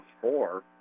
four